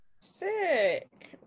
sick